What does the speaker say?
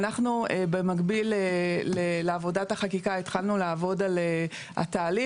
ואנחנו במקביל לעבודת החקיקה התחלנו לעבוד על התהליך.